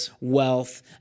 wealth